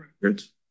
records